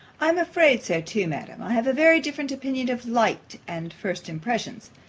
i am afraid so too, madam. i have a very indifferent opinion of light and first impressions.